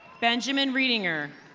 benjamin reedinger.